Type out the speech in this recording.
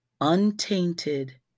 untainted